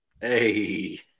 Hey